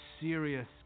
serious